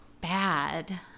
bad